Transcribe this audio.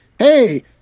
Hey